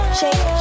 shake